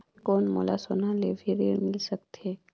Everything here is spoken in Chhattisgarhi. कौन मोला सोना ले भी ऋण मिल सकथे?